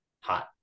hot